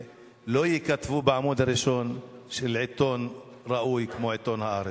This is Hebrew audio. לא ייכתבו בעמוד הראשון של עיתון ראוי כמו עיתון "הארץ".